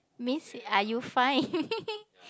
miss are you fine